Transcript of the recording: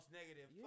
negative